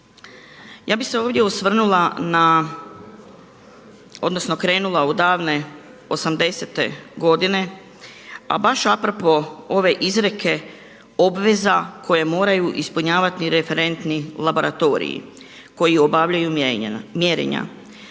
Ja bih se ovdje osvrnula na, odnosno krenula od davne osamdesete godine, a baš a propos ove izreke obveza koje moraju ispunjavati referentni laboratoriji koji obavljaju mjerenja.